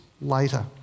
later